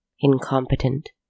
incompetent